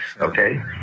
okay